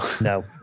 no